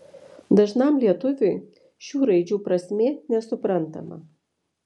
dažnam lietuviui šių raidžių prasmė nesuprantama